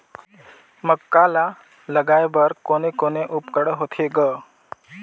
मक्का ला लगाय बर कोने कोने उपकरण होथे ग?